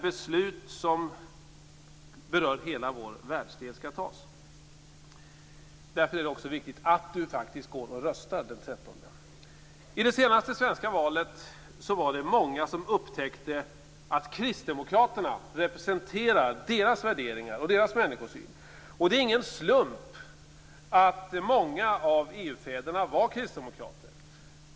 Beslut som berör hela vår världsdel fattas där. Därför är det viktigt att du faktiskt röstar den 13 juni. I det senaste svenska valet var det många som upptäckte att kristdemokraterna representerar deras värderingar och deras människosyn. Det är ingen slump att många av EU-fäderna var kristdemokrater.